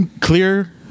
clear